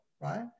right